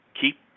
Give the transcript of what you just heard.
keep